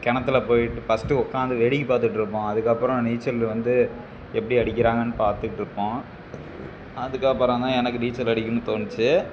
கிணத்துல போய்விட்டு பஸ்ட்டு உட்காந்து வேடிக்கை பார்த்துட்ருப்போம் அதுக்கப்புறம் நீச்சல் வந்து எப்படி அடிக்கிறாங்கன்னு பார்த்துட்ருப்போம் அதுக்கப்புறம் தான் எனக்கு நீச்சல் அடிக்கணும்னு தோணுச்சு